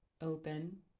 open